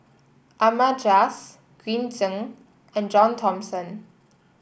Ahmad Jais Green Zeng and John Thomson